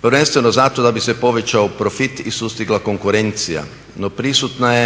Prvenstveno zato da bi se povećao profit i sustigla konkurencija. No, prisutna je